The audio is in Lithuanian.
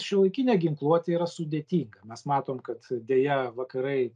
šiuolaikinė ginkluotė yra sudėtinga mes matom kad deja vakarai